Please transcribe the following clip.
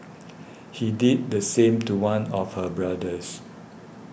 he did the same to one of her brothers